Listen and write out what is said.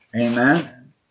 Amen